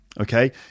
okay